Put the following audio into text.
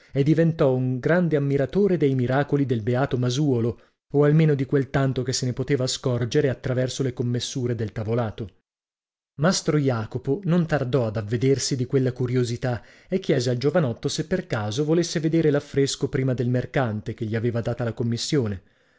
e diventò un grande ammiratore dei miracoli del beato masuolo o almeno di quel tanto che se ne poteva scorgere attraverso le commessure del tavolato mastro jacopo non tardò ad avvedersi di quella curiosità e chiese al giovanotto se per caso volesse vedere l'affresco prima del mercante che gli aveva data la commissione